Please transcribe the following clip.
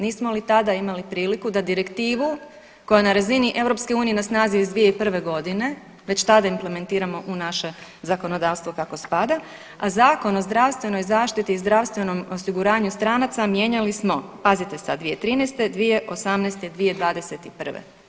Nismo li tada imali priliku da direktivu koja je na razini EU na snazi iz 2001. godine već tada implementiramo u naše zakonodavstvo kako spada, a Zakon o zdravstvenoj zaštiti i zdravstvenom osiguranju stranaca mijenjali smo pazite sad 2013., 2018. i 2021.